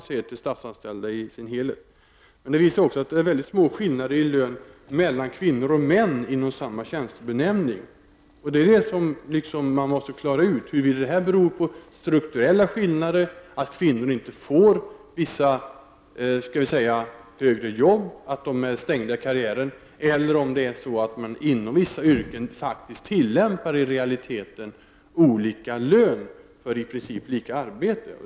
Den visar också att det är mycket små skillnader i lön mellan kvinnor och män inom samma tjänstebenämning. Man måste då klara ut huruvida detta beror på strukturella skillnader, på att kvinnor inte får vissa högre tjänster och är utestängda från karriären, eller om man inom vissa yrken i realiteten tillämpar olika lön för i princip lika arbete.